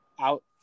out